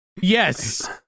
yes